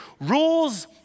Rules